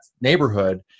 neighborhood